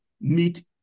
meet